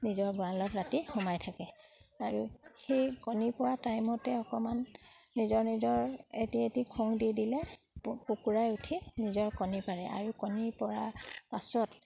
নিজৰ গড়ালত ৰাতি সোমাই থাকে আৰু সেই কণী পৰা টাইমতে অকণমান নিজৰ নিজৰ এটি এটি খোং দি দিলে কুকুৰাই উঠি নিজৰ কণী পাৰে আৰু কণী পৰাৰ পাছত